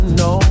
no